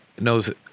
knows